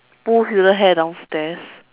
pull sister's hair downstairs